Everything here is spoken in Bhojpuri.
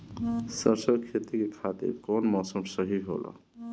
सरसो के खेती के खातिर कवन मौसम सही होला?